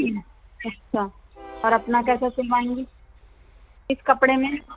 اچھا اور اپنا کیسا سلوائیں گی کس کپڑے میں